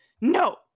no